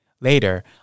Later